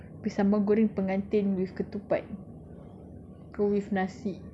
apa sambal goreng pengantin with ketupat or with nasi